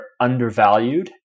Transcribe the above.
undervalued